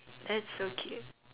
that's so cute